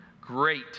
Great